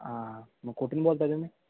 आं हां मग कुठून बोलत आहे तुम्ही